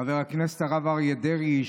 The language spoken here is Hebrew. חבר הכנסת הרב אריה דרעי,